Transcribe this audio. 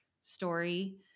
story